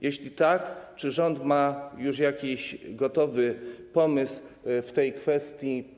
Jeśli tak, to czy rząd ma już jakiś gotowy pomysł w tej kwestii?